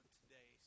today